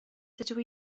dydw